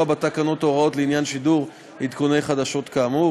בתקנות הוראות לעניין שידור עדכוני חדשות כאמור,